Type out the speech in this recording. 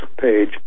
page